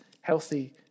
healthy